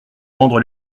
rendre